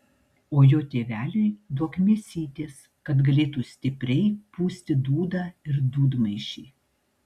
o jo tėveliui duok mėsytės kad galėtų stipriai pūsti dūdą ir dūdmaišį